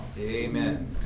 Amen